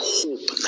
hope